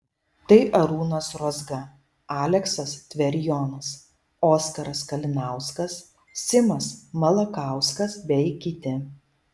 tai arūnas rozga aleksas tverijonas oskaras kalinauskas simas malakauskas bei kiti